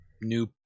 new